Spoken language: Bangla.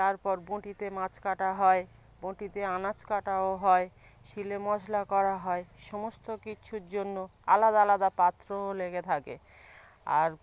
তারপর বঁঁটিতে মাছ কাটা হয় বঁটিতে আনাজ কাটাও হয় শিলে মশলা করা হয় সমস্ত কিছুর জন্য আলাদা আলাদা পাত্রও লেগে থাকে আর